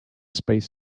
space